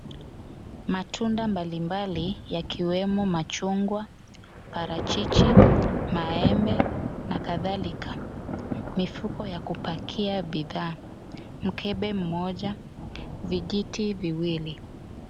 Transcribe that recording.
Matunda mbalimbali, yakiwemo machungwa, parachichi, maembe na kadhalika. Mifuko ya kupakiwa bidhaa, mkebe mmoja, vijiti viwili.